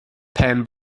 pan